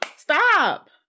stop